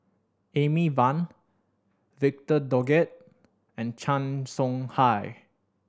Amy Van Victor Doggett and Chan Soh Ha